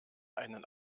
einen